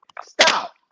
Stop